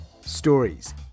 stories